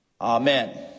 Amen